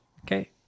okay